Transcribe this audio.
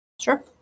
sure